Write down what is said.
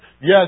Yes